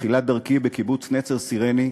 תחילת דרכי בקיבוץ נצר-סרני,